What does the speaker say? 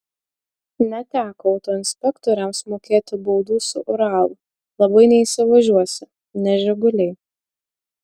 neteko autoinspektoriams mokėti baudų su uralu labai neįsivažiuosi ne žiguliai